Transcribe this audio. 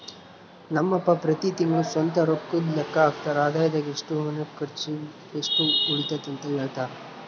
ನಮ್ ಅಪ್ಪ ಪ್ರತಿ ತಿಂಗ್ಳು ಸ್ವಂತ ರೊಕ್ಕುದ್ ಲೆಕ್ಕ ಹಾಕ್ತರ, ಆದಾಯದಾಗ ಎಷ್ಟು ಮನೆ ಕರ್ಚಿಗ್, ಎಷ್ಟು ಉಳಿತತೆಂತ ಹೆಳ್ತರ